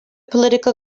political